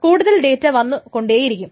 കൂടുതൽ ഡേറ്റ വന്നു കൊണ്ടേയിരിക്കും